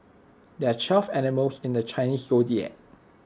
there are twelve animals in the Chinese Zodiac